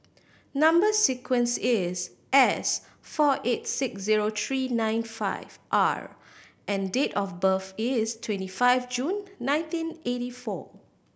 number sequence is S four eight six zero three nine five R and date of birth is twenty five June nineteen eighty four